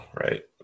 right